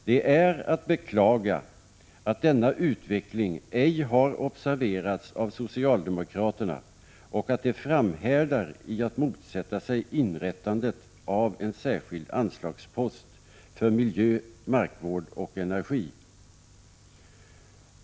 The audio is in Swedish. Det är att beklaga att denna utveckling ej har observerats av socialdemokraterna och att de framhärdar i att motsätta sig inrättandet av en särskild anslagspost för miljö, markvård och energi.